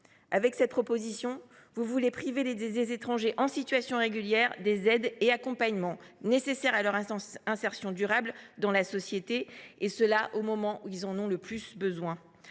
Avec cette proposition de loi, vous voulez priver des étrangers en situation régulière des aides et accompagnements nécessaires à leur insertion durable dans la société, et ce au moment où ils en ont le plus besoin.